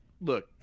look